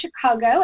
Chicago